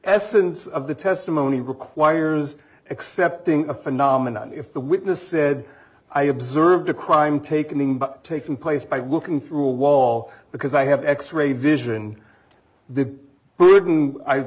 essence of the testimony requires accepting a phenomenon if the witness said i observed a crime taking taken place by looking through a wall because i have x ray vision the bu